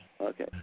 Okay